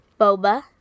Boba